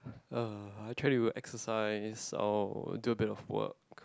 uh I try to exercise or do a bit of work